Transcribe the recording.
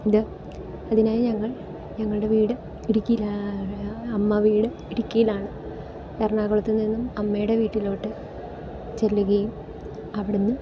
ഇത് അതിനായി ഞങ്ങൾ ഞങ്ങളുടെ വീട് ഇടുക്കിയിൽ അമ്മവീട് ഇടുക്കിയിലാണ് എറണാകുളത്ത് നിന്നും അമ്മയുടെ വീട്ടിലോട്ട് ചെല്ലുകയും അവിടുന്ന്